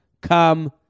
Come